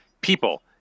people